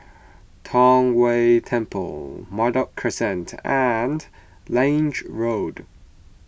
Tong Whye Temple Merbok Crescent and Lange Road